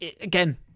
Again